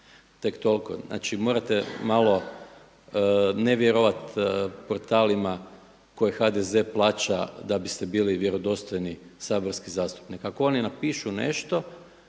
tek toliko. Znači, morate malo ne vjerovati portalima koje HDZ plaća da biste bili vjerodostojni saborski zastupnik. Ako oni napišu nešto